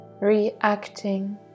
reacting